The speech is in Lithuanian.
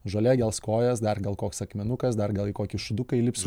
žolė gels kojas dar gal koks akmenukas dar gal į kokį šūduką įlips